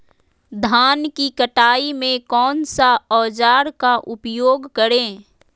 धान की कटाई में कौन सा औजार का उपयोग करे?